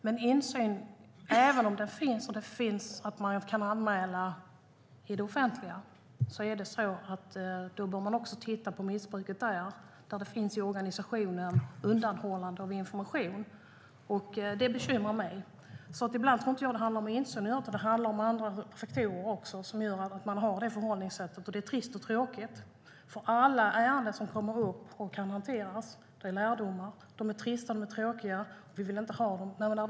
Men även om det finns insyn och man kan anmäla inom det offentliga, bör vi också titta på missbruket där. Det finns undanhållande av information inom organisationen. Det bekymrar mig. Ibland tror jag inte att det handlar om insyn utan att det handlar om andra faktorer som gör att man har detta förhållningssätt. Det är trist och tråkigt. Alla ärenden som kommer upp och som kan hanteras ger lärdomar. Dessa ärenden är trista och tråkiga, och vi vill inte ha dem.